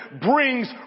brings